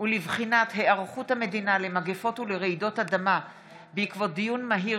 ולבחינת היערכות המדינה למגפות ולרעידות אדמה בעקבות דיון מהיר